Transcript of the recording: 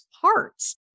parts